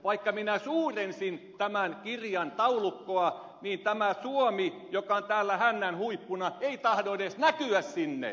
vaikka minä suurensin tämän kirjan taulukkoa niin tämä suomi joka on täällä hännänhuippuna ei tahdo edes näkyä sinne